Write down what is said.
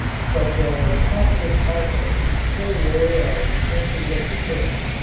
such as catholic cardinals still wear as princes of the church.